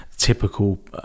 typical